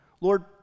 Lord